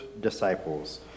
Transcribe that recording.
disciples